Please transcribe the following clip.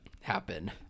happen